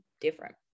different